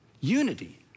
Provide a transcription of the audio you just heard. Unity